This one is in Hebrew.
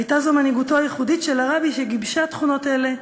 הייתה זו מנהיגותו הייחודית של הרבי שגיבשה תכונות אלה: